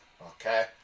Okay